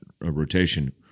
rotation